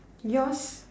yours